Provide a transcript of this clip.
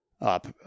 up